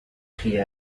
crier